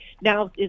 Now